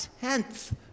tenth